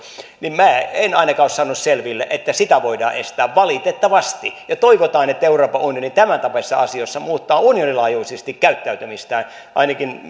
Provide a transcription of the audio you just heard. ja minä en en ainakaan ole saanut selville että sitä voidaan estää valitettavasti toivotaan että euroopan unioni tämäntapaisissa asioissa muuttaa unionin laajuisesti käyttäytymistään ainakin